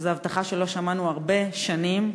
שזאת הבטחה שלא שמענו הרבה שנים.